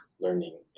learning